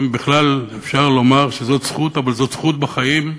אם בכלל אפשר לומר שזאת זכות, אבל זאת זכות בחיים,